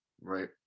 right